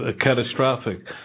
catastrophic